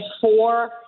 four